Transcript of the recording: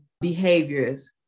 behaviors